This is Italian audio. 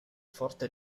forte